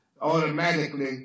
automatically